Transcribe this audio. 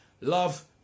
love